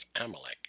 Amalek